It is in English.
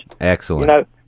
Excellent